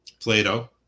Plato